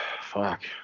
Fuck